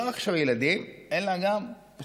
לא רק ילדים עכשיו אלא גם בכלל